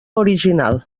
original